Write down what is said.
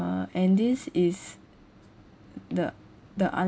uh and this is the the